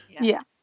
Yes